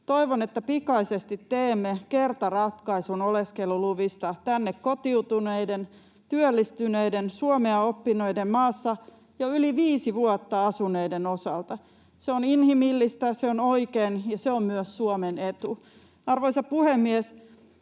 Toivon, että pikaisesti teemme kertaratkaisun oleskeluluvista tänne kotiutuneiden, työllistyneiden ja suomea oppineiden maassa jo yli 5 vuotta asuneiden osalta. Se on inhimillistä, se on oikein ja se on myös Suomen etu. Arvoisa puhemies!